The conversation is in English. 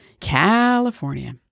California